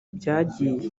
ibyagiye